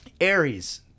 Aries –